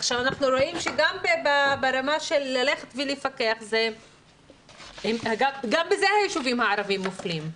אנחנו רואים שגם ברמה של הפיקוח היישובים הערביים מופלים,